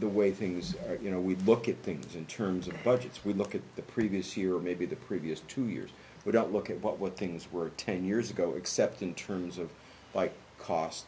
the way things are you know we look at things in terms of budgets we look at the previous year maybe the previous two years we don't look at what what things were ten years ago except in terms of like cost